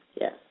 Yes